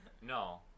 No